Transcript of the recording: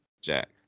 Jack